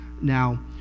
now